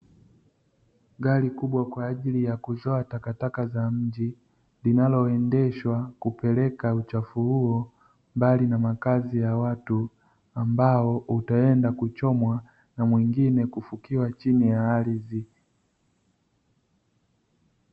Gari kubwa kwa ajili ya kuzoa takataka za mji linaloendeshwa kupeleka uchafu huo mbali na makazi ya watu ambao utaenda kuchomwa na mwingine kufukiwa chini ya ardhi.